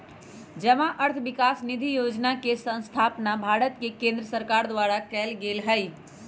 जमा अर्थ विकास निधि जोजना के स्थापना भारत के केंद्र सरकार द्वारा कएल गेल हइ